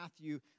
Matthew